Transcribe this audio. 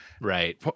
right